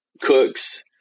cooks